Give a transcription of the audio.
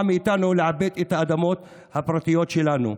מאיתנו לעבד את האדמות הפרטיות שלנו.